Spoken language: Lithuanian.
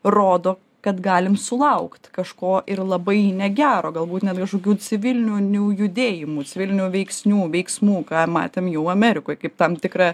rodo kad galim sulaukt kažko ir labai negero galbūt netgi kažkokių civilinių niu judėjimų civilinių veiksnių veiksmų ką matėm jau amerikoj kaip tam tikrą